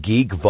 Geek